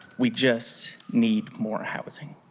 we just need more housing.